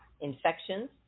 infections